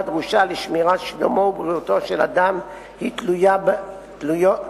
הדרושה לשמירת שלומו ובריאותו של אדם היא תלוית הקשר.